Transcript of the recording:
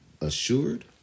assured